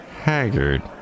Haggard